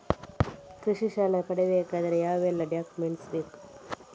ಕೃಷಿ ಸಾಲ ಪಡೆಯಬೇಕಾದರೆ ಯಾವೆಲ್ಲ ಡಾಕ್ಯುಮೆಂಟ್ ಬೇಕು?